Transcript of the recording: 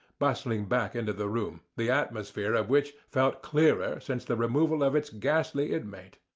bustling back into the room, the atmosphere of which felt clearer since the removal of its ghastly inmate.